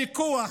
בכוח